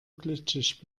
glitschig